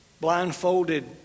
Blindfolded